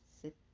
sit